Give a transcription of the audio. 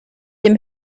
dem